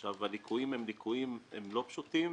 עכשיו, הליקויים הם לא פשוטים.